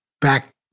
back